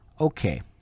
Okay